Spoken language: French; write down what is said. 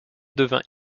devint